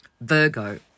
Virgo